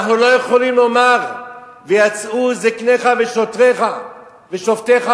אנחנו לא יכולים לומר: ויצאו זקניך ושוטריך ושופטיך